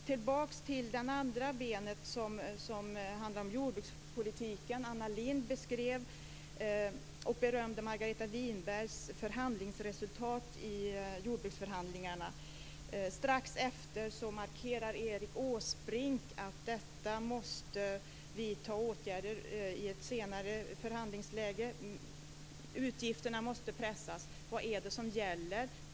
Tillbaka till den andra delen, som handlar om jordbrukspolitiken. Anna Lindh beskrev berömmande Margareta Winbergs förhandlingsresultat i jordbruksförhandlingarna. Strax efter markerade Erik Åsbrink att åtgärder måste vidtas i ett senare förhandlingsläge. Utgifterna måste pressas. Vad är det som gäller?